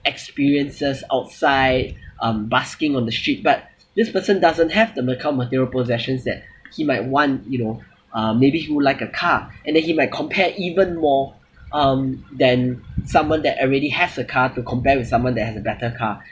experiences outside um basking on the street but this person doesn't have the ma~ material possessions that he might want you know uh maybe he would like a car and then he may compare even more um than someone that already has a car to compare with someone that has a better car